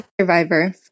survivor